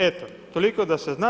Eto, toliko da se zna.